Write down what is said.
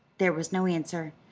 there was no answer.